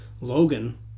Logan